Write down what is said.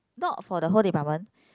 not for the whole department